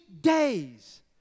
days